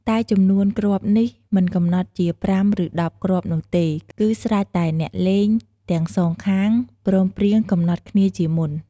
តែចំនួនគ្រាប់នេះមិនកំណត់ជា ៥ ឬ ១០ គ្រាប់នោះទេ គឺស្រេចតែអ្នកលេងទាំងសងខាងព្រមព្រៀងកំណត់គ្នាជាមុន។